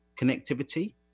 connectivity